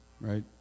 right